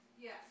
Yes